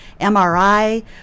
MRI